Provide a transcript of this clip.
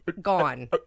Gone